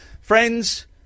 friends